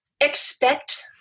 expect